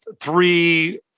three